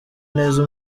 neza